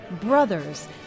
Brothers